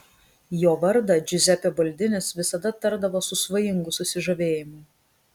jo vardą džiuzepė baldinis visada tardavo su svajingu susižavėjimu